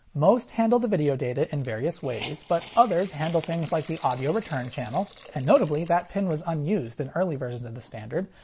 most handle the video data in various ways, but others handle things like the audio return channel and notably that pin was unused in early versions of the standard,